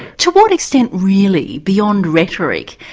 to what extent really, beyond rhetoric,